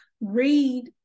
read